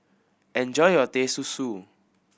enjoy your Teh Susu